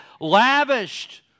lavished